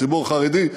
הציבור החרדי,